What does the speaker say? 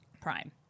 prime